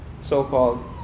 so-called